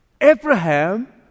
Abraham